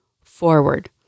forward